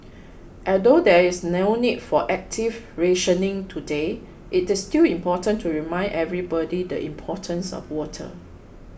although there is no need for active rationing today it is still important to remind everybody the importance of water